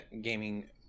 gaming